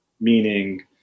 Meaning